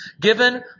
Given